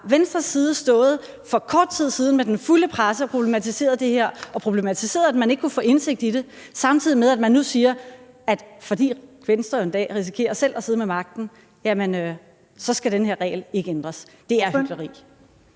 Venstres side stået for kort tid siden med den fulde presse og problematiseret det her og problematiseret, at man ikke kunne få indblik i det, samtidig med at man nu siger, at fordi Venstre en dag risikerer selv at sidde med magten, skal den her regel ikke ændres. Det er hykleri.